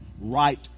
Right